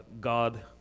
God